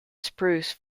spruce